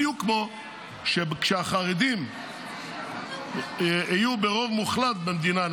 בדיוק כמו שכשהחרדים יהיו ברוב מוחלט במדינה,